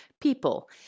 people